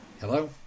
Hello